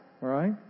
Right